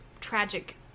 tragic